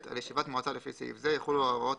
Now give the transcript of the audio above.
על ישיבת מועצה לפי סעיף זה יחולו ההוראות